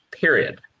Period